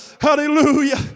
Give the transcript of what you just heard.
Hallelujah